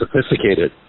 sophisticated